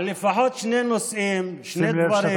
אני רוצה לדבר על לפחות שני נושאים, שני דברים,